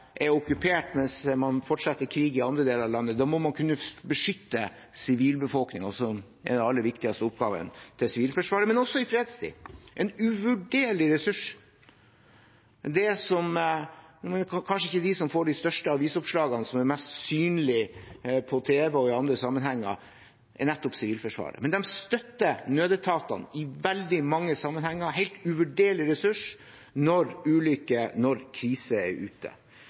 er okkupert, mens man fortsetter krigen i andre deler av landet. Da må man kunne beskytte sivilbefolkningen, som er den aller viktigste oppgaven til Sivilforsvaret, men de er også i fredstid en uvurderlig ressurs. Det er kanskje ikke Sivilforsvaret som får de største avisoppslagene, som er mest synlige på tv og i andre sammenhenger, men de støtter nødetatene i veldig mange sammenhenger og er en helt uvurderlig ressurs når ulykker og kriser er ute.